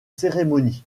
cérémonies